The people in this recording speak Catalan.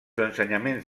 ensenyaments